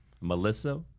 Melissa